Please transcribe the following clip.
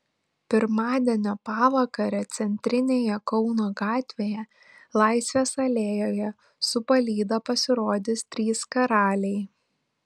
pirmadienio pavakarę centrinėje kauno gatvėje laisvės alėjoje su palyda pasirodys trys karaliai